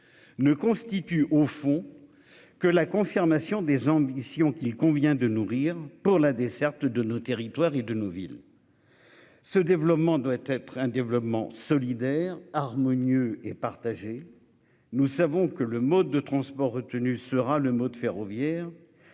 Ne constitue au fond. Que la confirmation des ambitions qu'il convient de nourrir pour la desserte de nos territoires et de nos villes. Ce développement doit être un développement solidaire harmonieux et. Nous savons que le mode de transport retenu sera le mode ferroviaire.